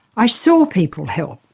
i saw people help,